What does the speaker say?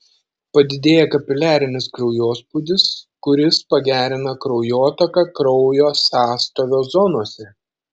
padidėja kapiliarinis kraujospūdis kuris pagerina kraujotaką kraujo sąstovio zonose